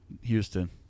Houston